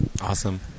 Awesome